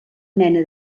mena